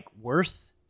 worth